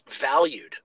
valued